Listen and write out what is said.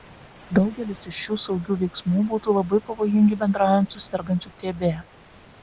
daugelis iš šių saugių veiksmų būtų labai pavojingi bendraujant su sergančiu tb